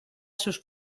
sus